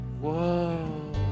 whoa